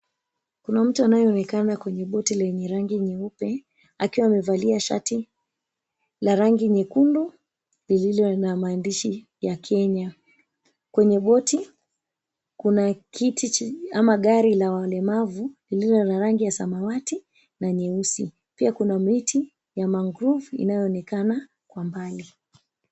Kuna mtu anayeonekana kwenye boti lenye rangi nyeupe akiwa amevalia shati la rangi nyekundu lililo na mahandishi ya Kenya. Kwenye boti kuna kiti ama garil a walemavu lililo na rangi ya samawati na nyeusi. Pia kuna miti ya mangrove inayoonekana kwa mbali.